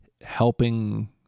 helping